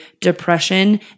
depression